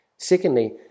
Secondly